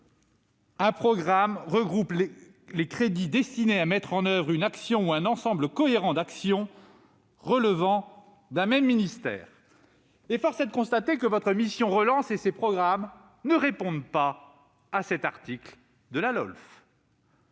un programme regroupe les crédits destinés à mettre en oeuvre une action ou un ensemble cohérent d'actions relevant d'un même ministère ». Force est de constater que votre mission « Plan de relance » et ses programmes ne répondent pas à cette exigence de la LOLF